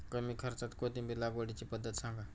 कमी खर्च्यात कोथिंबिर लागवडीची पद्धत सांगा